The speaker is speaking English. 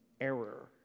error